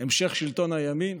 המשך שלטון הימין?